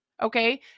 Okay